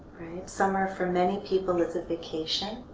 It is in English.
right? summer for many people is a vacation.